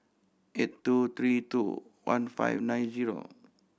eight two three two one five nine zero